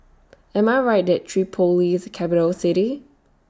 Am I Right that Tripoli IS A Capital City